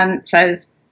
says